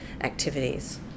activities